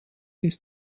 des